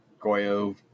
Goyo